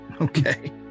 okay